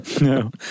No